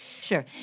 Sure